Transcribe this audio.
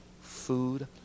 food